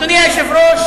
נראה אותך יורד.